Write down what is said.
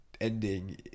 ending